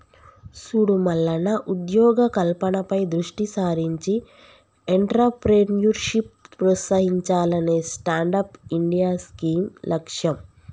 సూడు మల్లన్న ఉద్యోగ కల్పనపై దృష్టి సారించి ఎంట్రప్రేన్యూర్షిప్ ప్రోత్సహించాలనే స్టాండప్ ఇండియా స్కీం లక్ష్యం